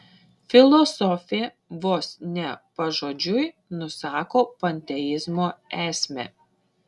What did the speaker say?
filosofė vos ne pažodžiui nusako panteizmo esmę